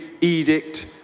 edict